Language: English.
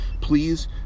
please